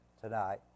tonight